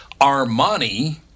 Armani